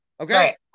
Okay